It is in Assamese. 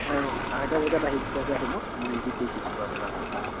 আঢ়ৈটা বজাত পোৱাকৈ আহিব মই এন্ত্ৰি কৰি থৈছোঁ বাৰু আপোনাৰ নামটো